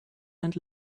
and